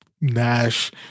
Nash